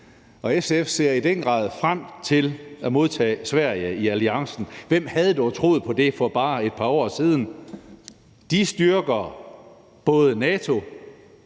og SF ser i den grad frem til at modtage Sverige i alliancen. Hvem havde dog troet på det for bare et par år siden? Finland og Sverige styrker både NATO